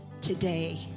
today